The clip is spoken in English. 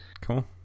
Cool